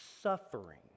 suffering